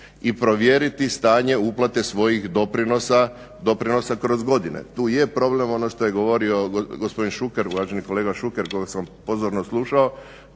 i provjeriti stanje uplate svojih doprinosa kroz godine. Tu je problem ono što je govorio gospodin Šuker, uvaženi kolega Šuker koga sam pozorno slušao,